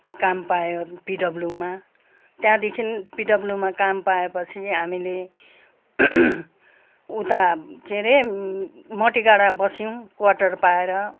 काम पायो पिडब्लूमा त्यहाँदेखि पिडब्लूमा काम पाएपछि हामीले उता के अरे मतिगाडा बस्यौँ क्वाटर पाएर